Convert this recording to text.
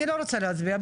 אני לא רוצה להצביע,